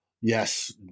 yes